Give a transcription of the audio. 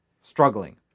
struggling